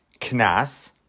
knas